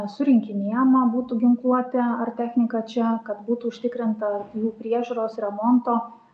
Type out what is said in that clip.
surinkinėjama būtų ginkluotė ar technika čia kad būtų užtikrinta jų priežiūros remonto